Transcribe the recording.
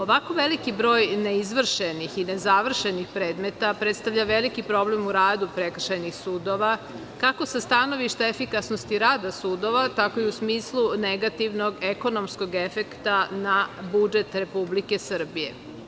Ovako veliki broj neizvršenih i ne završenih predmeta predstavlja veliki problem u radu prekršajnih sudova, kako sa stanovišta efikasnosti rada sudova, tako i u smislunegativnog ekonomskog efekta na budžet Republike Srbije.